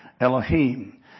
Elohim